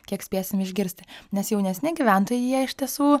kiek spėsim išgirsti nes jaunesni gyventojai jie iš tiesų